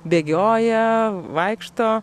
bėgioja vaikšto